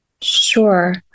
Sure